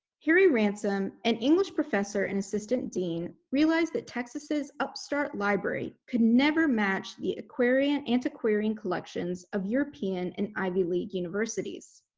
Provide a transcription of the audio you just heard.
harry ransom, an english professor and assistant dean, realized that texas's upstart library could never match the aquarian antiquarian collections of european and ivy league universities.